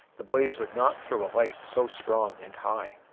the blaze would not throw a light so strong and high.